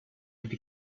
could